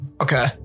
Okay